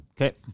Okay